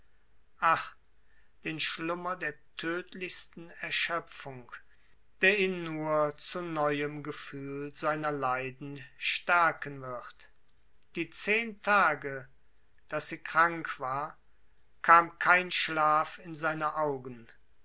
ach den schlummer der tödlichsten erschöpfung der ihn nur zu neuem gefühl seiner leiden stärken wird die zehn tage daß sie krank war kam kein schlaf in seine augen